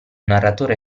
narratore